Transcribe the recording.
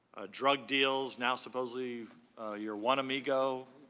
a drug deal, now supposedly you are one amigo,